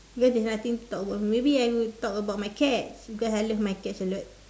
when there's nothing talk about maybe I would talk my cats because love my cats a lot